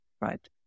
right